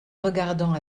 regardant